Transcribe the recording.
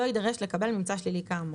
לא יידרש לקבל ממצא שלילי כאמור".